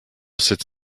sits